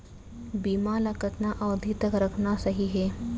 बीमा ल कतना अवधि तक रखना सही हे?